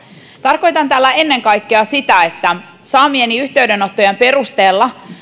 tarkoitan tällä ennen kaikkea sitä että saamieni yhteydenottojen perusteella